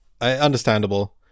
understandable